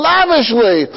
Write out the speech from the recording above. Lavishly